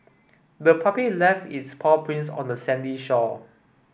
the puppy left its paw prints on the sandy shore